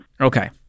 Okay